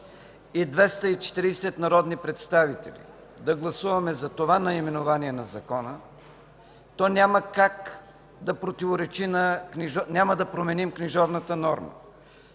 И 240 народни представители да гласуваме за това наименование на Закона, няма да променим книжовната норма.